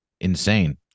insane